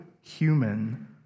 human